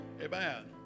amen